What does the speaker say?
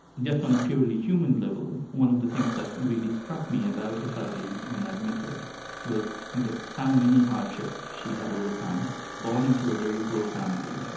just on a purely human level, one of the things that really struck me about srd when i met her was just how many hardships she had overcome born into a very poor family,